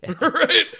Right